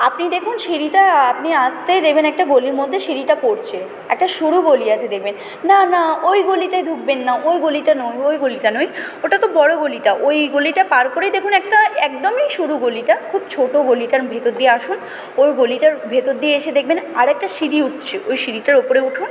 আপনি দেখুন সিঁড়িটা আপনি আসতেই দেখবেন একটা গলির মধ্যে সিঁড়িটা পড়ছে একটা সরু গলি আছে দেখবেন না না ওই গলিতে ঢুকবেন না ওই গলিটা নয় ওই গলিটা নয় ওটা তো বড় গলিটা ওই গলিটা পার করেই দেখুন একটা একদমই সরু গলিটা খুব ছোটো গলিটার ভেতর দিয়ে আসুন ও গলিটার ভেতর দিয়ে এসে দেখবেন আরেকটা সিঁড়ি উঠছে ওই সিঁড়িটার ওপরে উঠুন